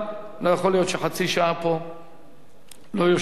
לא יכול להיות שחצי שעה לא יושב פה שר.